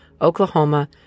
Oklahoma